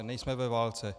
Nejsme ve válce.